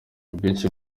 ubwinshi